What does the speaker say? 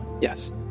Yes